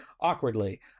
awkwardly